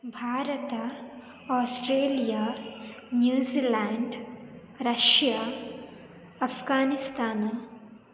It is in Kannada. Bharat Australia New Zealand Russia Afghanistan